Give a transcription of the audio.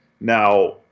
Now